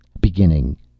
beginning